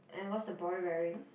and what's the boy wearing